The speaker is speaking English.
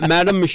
Madam